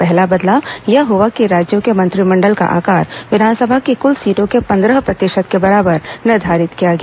पहला बदलाव यह हुआ कि राज्यों के मंत्रिमंडल का आकार विधानसभा की कुल सीटों के पंद्रह प्रतिशत के बराबर निर्धारित किया गया